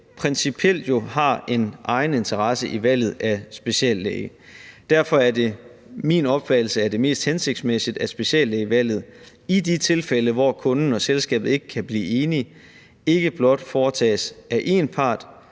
principielt har en egeninteresse i valget af speciallæge, og derfor er det min opfattelse, at det mest hensigtsmæssige speciallægevalg i de tilfælde, hvor kunden og selskabet ikke kan blive enige, ikke blot foretages af én part,